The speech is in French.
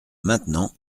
maintenant